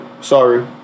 Sorry